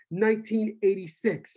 1986